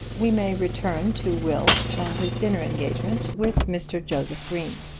we may return to will and his dinner engagement with mr. joseph green.